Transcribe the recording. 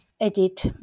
edit